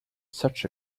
such